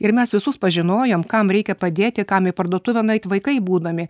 ir mes visus pažinojom kam reikia padėti kam į parduotuvę nueit vaikai būdami